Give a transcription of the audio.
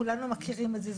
כולנו מכירים את זה.